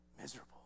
miserable